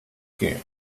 que